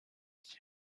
qui